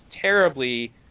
terribly